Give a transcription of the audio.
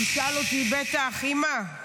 היא בטח תשאל אותי: אימא,